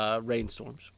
rainstorms